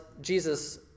Jesus